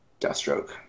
Deathstroke